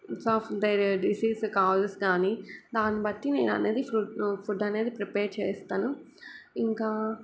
సాఫ్ disease causes కానీ దాని బట్టి నేను అ నేది ఫుడ్ ఫుడ్ అనేది ప్రిపేర్ చేస్తాను ఇంకా